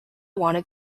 wanted